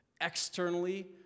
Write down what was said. Externally